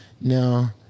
Now